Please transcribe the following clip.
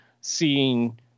seeing